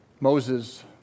Moses